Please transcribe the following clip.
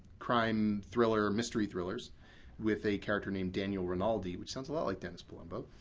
crime thriller, mystery thrillers with a character named daniel rinaldi, which sounds a lot like dennis palumbo,